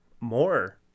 more